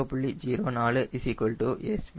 0